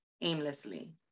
aimlessly